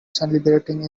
celebrating